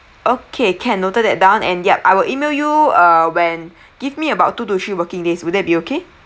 okay can noted that down and yup I will email you err when give me about two to three working days would that be okay